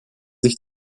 sich